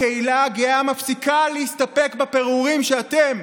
הקהילה הגאה מפסיקה להסתפק בפירורים שאתם,